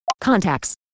Contacts